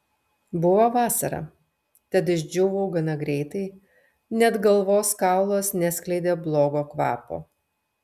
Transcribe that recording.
buvo vasara tad išdžiūvau gana greitai net galvos kaulas neskleidė blogo kvapo